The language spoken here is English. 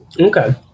Okay